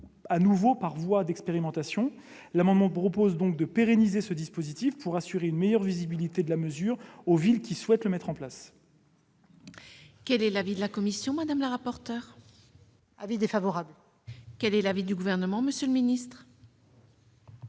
à nouveau par voie d'expérimentation. L'amendement vise donc à pérenniser ce dispositif pour assurer une meilleure visibilité de la mesure aux villes qui souhaitent le mettre en place. Quel est l'avis de la commission ? Avis défavorable. Quel est l'avis du Gouvernement ? Le Gouvernement